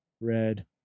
Red